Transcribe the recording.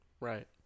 Right